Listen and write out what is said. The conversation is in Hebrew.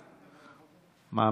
שעה)